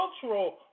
cultural